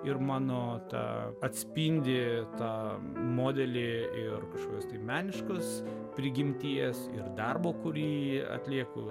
ir mano tą atspindi tą modelį ir kažkas tai meniškos prigimties ir darbo kurį atlieku